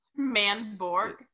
Manborg